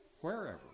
wherever